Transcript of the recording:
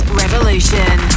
revolution